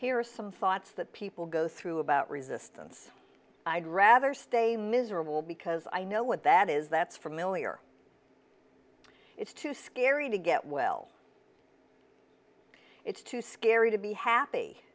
are some thoughts that people go through about resistance i'd rather stay miserable because i know what that is that's for miller it's too scary to get well it's too scary to be happy